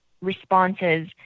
responses